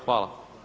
Hvala.